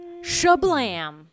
Shablam